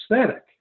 aesthetic